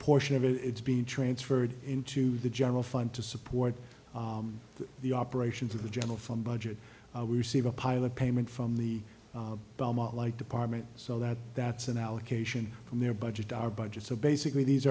portion of it's be transferred into the general fund to support the operations of the general from budget we receive a pilot payment from the belmont like department so that that's an allocation from their budget our budget so basically these